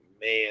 man